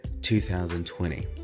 2020